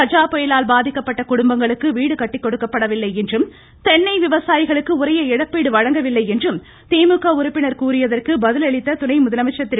கஜா புயலால் பாதிக்கப்பட்ட குடும்பங்களுக்கு வீடுகட்டிக்கொடுக்கப்படவில்லை என்றும் தென்னை விவசாயிகளுக்கு உரிய இழப்பீடு வழங்கவில்லை என்றும் திமுக உறுப்பினர் கூறியதற்கு பதிலளித்த துணை முதலமைச்சா் திரு